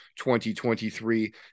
2023